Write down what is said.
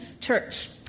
church